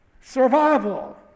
Survival